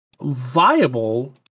viable